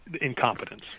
incompetence